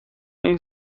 این